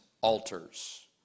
altars